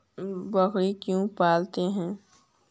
बकरी क्यों पालते है?